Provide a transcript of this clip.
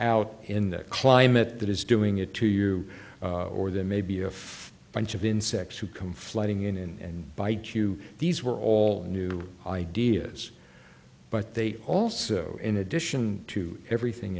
out in that climate that is doing it to you or that maybe of bunch of insects who come flooding in and bite you these were all new ideas but they also in addition to everything